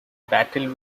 battle